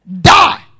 Die